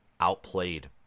outplayed